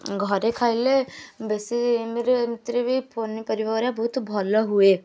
ଘରେ ଖାଇଲେ ବେଶୀ ଏମିତିରେ ବି ପନିପରିବା ଗୁଡ଼ା ବହୁତ ଭଲ ହୁଏ